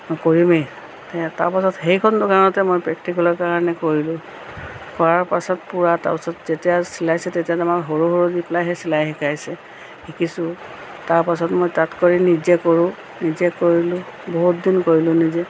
মই কৰিমেই তাৰপাছত সেইখন দোকানতে মই প্ৰেক্টিকেলৰ কাৰণে কৰিলো কৰাৰ পাছত পূৰা তাৰপাছত যেতিয়া চিলাইছোঁ তেতিয়া আমাৰ সৰু সৰু দি পেলাইহে চিলাই শিকাইছে শিকিছোঁ তাৰপাছত মই কাট কৰি নিজে কৰোঁ নিজে কৰিলো বহুত দিন কৰিলো নিজে